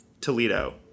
Toledo